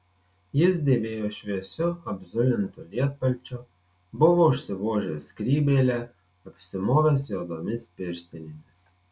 jis dėvėjo šviesiu apzulintu lietpalčiu buvo užsivožęs skrybėlę apsimovęs juodomis pirštinėmis